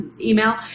email